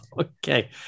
okay